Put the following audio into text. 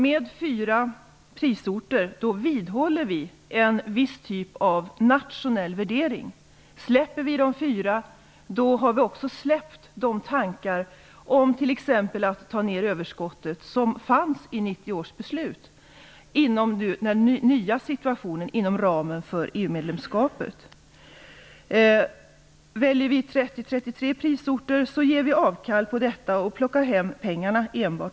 Med fyra prisorter vidhåller vi en viss typ av nationell värdering. Om vi släpper idén med fyra prisorter har vi också släppt tankarna om att t.ex. minska överskottet - tankar som fanns med i 1990 års beslut - i den nya situationen, dvs. inom ramen för EU-medlemskapet. Om vi väljer 30 eller 33 prisorter ger vi avkall på detta och plockar enbart hem pengarna.